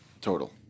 total